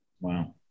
Wow